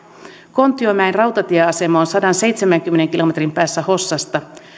kontionmäen rautatieasema on sadanseitsemänkymmenen kilometrin päässä hossasta ja